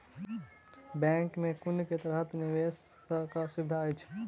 Bank मे कुन केँ तरहक निवेश कऽ सुविधा अछि?